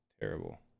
terrible